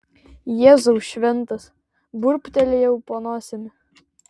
jėzau šventas burbtelėjau po nosimi